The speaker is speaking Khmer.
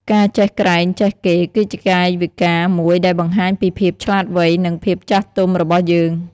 ការចេះក្រែងចេះគេ គឺជាកាយវិការមួយដែលបង្ហាញពីភាពឆ្លាតវៃ និងភាពចាស់ទុំរបស់យើង។